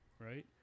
right